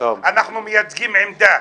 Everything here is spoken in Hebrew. אנחנו מייצגים עמדה.